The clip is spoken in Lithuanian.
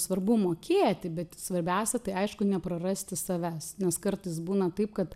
svarbu mokėti bet svarbiausia tai aišku neprarasti savęs nes kartais būna taip kad